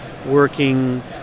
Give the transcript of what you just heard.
working